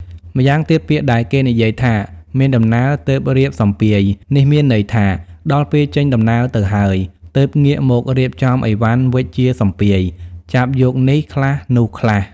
ម្យ៉ាងទៀតពាក្យដែលគេនិយាយថា មានដំណើរទើបរៀបសម្ពាយ នេះមានន័យថា ដល់ពេលចេញដំណើរទៅហើយ ទើបងាកមករៀបចំឥវ៉ាន់វេចជាសម្ពាយ ចាប់យកនេះខ្លះ នោះខ្លះ ។